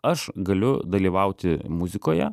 aš galiu dalyvauti muzikoje